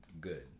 good